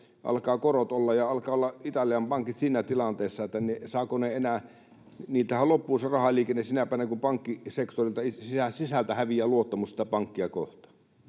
alkavat korot olla, ja alkavat olla Italian pankit siinä tilanteessa, että saavatko ne enää... Niiltähän loppuu se rahaliikenne sinä päivänä, kun pankkisektorin sisältä häviää luottamus sitä pankkia kohtaan.